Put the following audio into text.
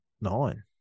nine